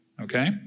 okay